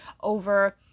over